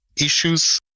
issues